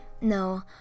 No